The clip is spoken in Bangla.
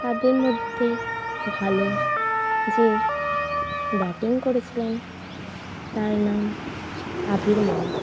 তাদের মধ্যে ভালো যে ব্যাটিং করেছিলেন তার নাম আভির মণ্ডল